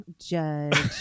judge